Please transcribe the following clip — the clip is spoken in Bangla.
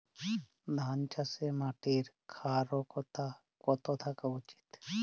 ধান চাষে মাটির ক্ষারকতা কত থাকা উচিৎ?